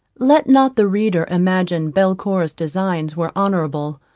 let not the reader imagine belcour's designs were honourable.